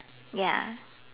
ya